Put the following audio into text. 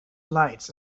lights